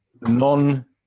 non